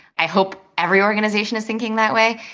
i hope every organization is thinking that way.